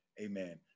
amen